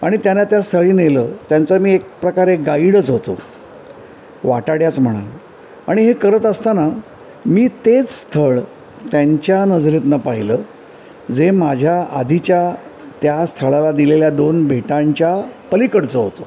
आणि त्यांना त्या स्थळी नेलं त्यांचा मी एक प्रकारे गाईडच होतो वाटाड्याच म्हणा आणि हे करत असताना मी तेच स्थळ त्यांच्या नजरेतून पाहिलं जे माझ्या आधीच्या त्या स्थळाला दिलेल्या दोन भेटांच्या पलिकडचं होतं